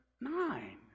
nine